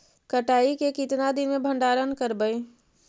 कटाई के कितना दिन मे भंडारन करबय?